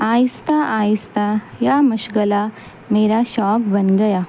آہستہ آہستہ یا مشغلہ میرا شوق بن گیا